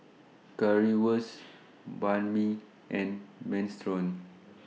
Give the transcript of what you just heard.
Currywurst Banh MI and Minestrone